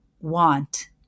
want